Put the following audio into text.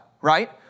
right